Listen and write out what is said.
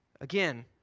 Again